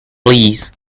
please